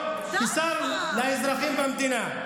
תפקידי להעביר ביקורת על הממשלה.